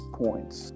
points